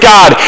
God